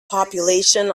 population